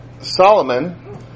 Solomon